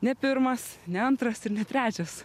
ne pirmas ne antras ir ne trečias